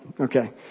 Okay